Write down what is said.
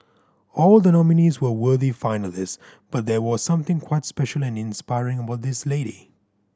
all the nominees were worthy finalist but there was something quite special and inspiring about this lady